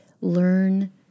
learn